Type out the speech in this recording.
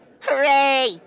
Hooray